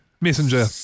Messenger